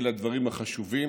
אלה הדברים החשובים.